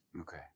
Okay